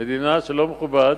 מדינה שלא מכובד,